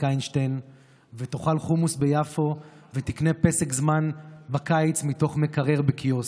איינשטיין ותאכל חומוס ביפו ותקנה פסק זמן בקיץ מתוך מקרר בקיוסק.